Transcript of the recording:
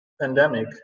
pandemic